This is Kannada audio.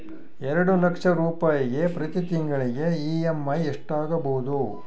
ಎರಡು ಲಕ್ಷ ರೂಪಾಯಿಗೆ ಪ್ರತಿ ತಿಂಗಳಿಗೆ ಇ.ಎಮ್.ಐ ಎಷ್ಟಾಗಬಹುದು?